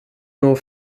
nur